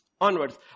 onwards